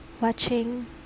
watching